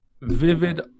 vivid